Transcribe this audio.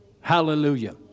Hallelujah